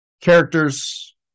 characters